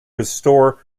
restore